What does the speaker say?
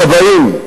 הכבאים,